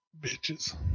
bitches